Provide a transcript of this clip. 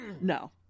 no